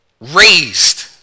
raised